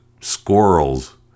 squirrels